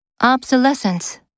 Obsolescence